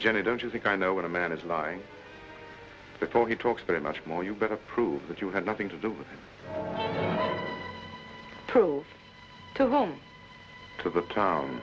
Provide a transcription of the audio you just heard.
jenny don't you think i know what a man is lying before he talks very much more you better prove that you had nothing to do with him to go home to the town